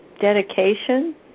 dedication